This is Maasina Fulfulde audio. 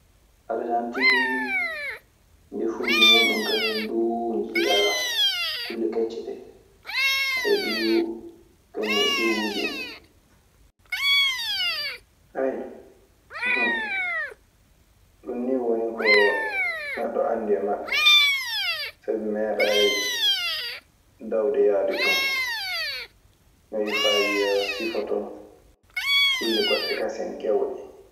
Arsantiin, ndefuuji muuɗun kañun duu, njiiɗaa kulle kecce ɗee, kañun e teewuuji en. Ayyo, ɗun ni woni ko neɗɗo anndi e maɓɓe. Sabi meeɗay dawde yaade ton, ayyo faa wiya sifoto kulle goɗɗe kasen kewɗe.